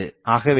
ஆகவே தான்